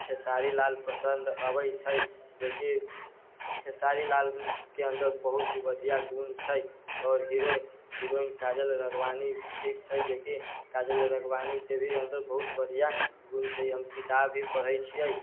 खेसारी लाल पसन्द अबै छै जो कि खेसारी लाल के अन्दर बहुत ही बढ़िऑं गुण छै आओर हीरोइन हीरोइन काजल राघवानी ठीक छै जे कि काजल राघवानी के भी अन्दर बहुत बढ़िऑं गुण छै हम किताब भी पढ़ै छियै